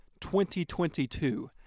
2022